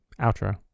outro